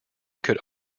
could